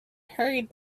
hurried